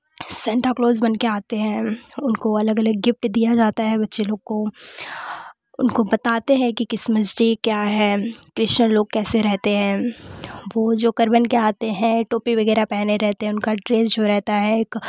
Santa Claus बनके आते हैं उनको अलग अलग गिफ्ट दिया जाता है बच्चे लोगों को उनको बताते हैं कि क्रिसमस डे क्या है क्रिश्चन लोग कैसे रहते हैं वो जोकर बन के आते हैं टोपी वगैरह पहने रहते हैं उनका ड्रेस जो रहता एक